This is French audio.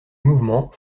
mouvement